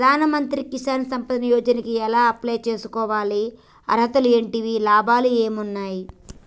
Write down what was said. ప్రధాన మంత్రి కిసాన్ సంపద యోజన కి ఎలా అప్లయ్ చేసుకోవాలి? అర్హతలు ఏంటివి? లాభాలు ఏమొస్తాయి?